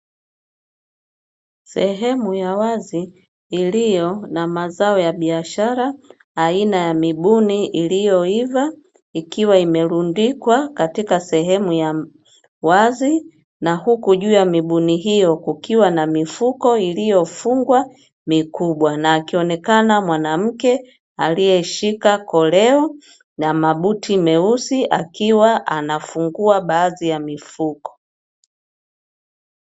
Sehemu ya wazi iliyo na mazao ya biashara aina ya mibuni iliyoiva ikiwa imelundikwa katika sehemu ya wazi na huku juu ya mibuni hiyo kukiwa na mifuko iliyofungwa mikubwa na akionekana mwanamke, aliyeshika koreo na mabuti meusi akiwa anafungua baadhi ya mifuko.